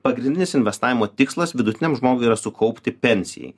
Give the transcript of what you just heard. pagrindinis investavimo tikslas vidutiniam žmogui yra sukaupti pensijai